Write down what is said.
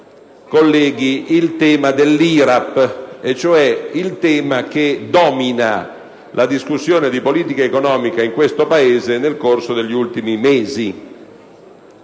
affrontano il tema dell'IRAP e cioè il tema che ha dominato la discussione di politica economica in questo Paese nel corso degli ultimi mesi.